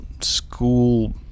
school